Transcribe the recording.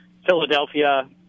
Philadelphia